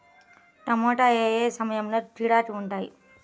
టమాటా ఏ ఏ సమయంలో గిరాకీ ఉంటుంది?